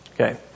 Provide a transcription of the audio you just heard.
Okay